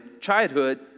childhood